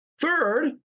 Third